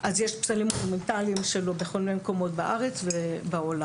אז יש פסלים אולימנטלים שלו בכל מיני מקומות בארץ ובעולם.